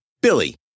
Billy